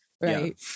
Right